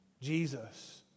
Jesus